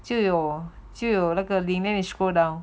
就有就那个里面 scroll down